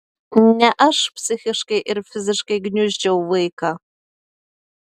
ne aš psichiškai ir fiziškai gniuždžiau vaiką